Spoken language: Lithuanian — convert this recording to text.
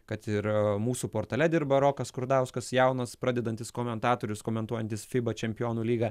kad ir mūsų portale dirba rokas skurdauskas jaunas pradedantis komentatorius komentuojantis fiba čempionų lygą